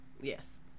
Yes